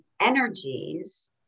energies